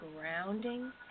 grounding